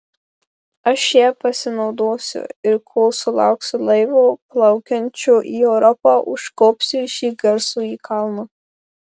aš ja pasinaudosiu ir kol sulauksiu laivo plaukiančio į europą užkopsiu į šį garsųjį kalną